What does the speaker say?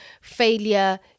Failure